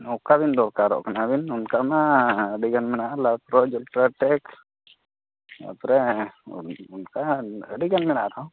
ᱚᱠᱟ ᱵᱤᱱ ᱫᱚᱨᱠᱟᱨᱚᱜ ᱠᱟᱱᱟ ᱟᱹᱵᱤᱱ ᱚᱱᱠᱟ ᱢᱟ ᱟᱹᱰᱤᱜᱟᱱ ᱛᱟᱨᱯᱚᱨᱮ ᱚᱱᱠᱟ ᱟᱹᱰᱤᱜᱟᱱ ᱢᱮᱱᱟᱜᱼᱟ ᱟᱨᱦᱚᱸ